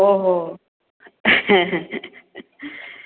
ꯑꯣ ꯍꯣ ꯍꯣ